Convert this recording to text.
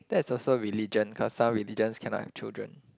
that's also religion got some religions cannot have children